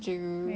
ya